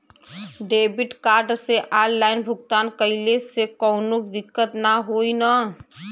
Debit card से online भुगतान कइले से काउनो दिक्कत ना होई न?